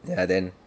ya then